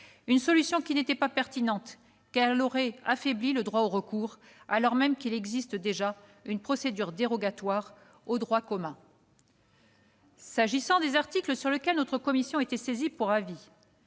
cette solution qui n'était pas pertinente, car elle aurait affaibli le droit au recours, alors même qu'il existe déjà une procédure dérogatoire au droit commun. S'agissant des articles sur lesquels la commission de l'aménagement du